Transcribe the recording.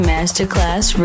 Masterclass